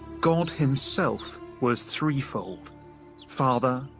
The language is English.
god himself was threefold father,